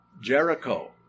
Jericho